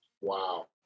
Wow